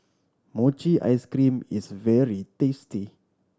mochi ice cream is very tasty